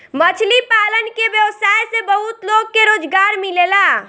मछली पालन के व्यवसाय से बहुत लोग के रोजगार मिलेला